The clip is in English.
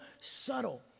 subtle